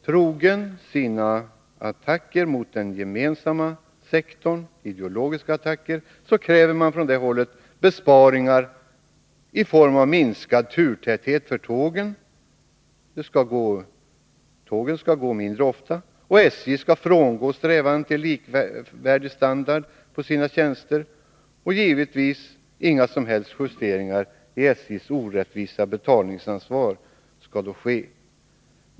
Trogen sina ideologiska attacker mot den gemensamma sektorn kräver man från det hållet besparingar i form av minskad turtäthet för tågen — tågen skall gå mindre ofta—, att SJ skall frångå strävandena till likvärdig standard på sina tjänster och givetvis att inga som helst justeringar i SJ:s orättvisa betalningsansvar skall ske.